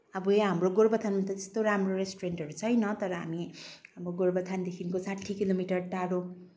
अब यो हाम्रो गोरुबथानमा त त्यस्तो राम्रो रेस्टुरेन्टहरू छैन तर हामी अब गोरुबथानदेखिको साठी किलोमिटर टाढो